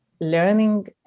learning